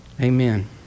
Amen